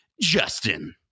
Justin